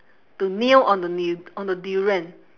to kneel on the n~ on the durian